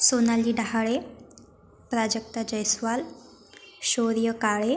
Sonali Dahale Prajakta Jaiswal Shaurya Kale